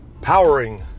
powering